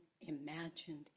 imagined